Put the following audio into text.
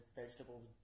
vegetables